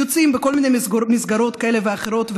יוצאים בכל מיני מסגרות כאלה ואחרות,